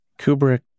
Kubrick